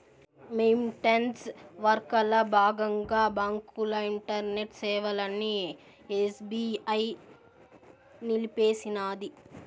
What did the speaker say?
maintenance వర్కల బాగంగా బాంకుల ఇంటర్నెట్ సేవలని ఎస్బీఐ నిలిపేసినాది